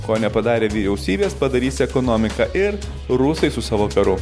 ko nepadarė vyjiausybės padarys ekonomika ir rusai su savo peru